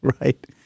Right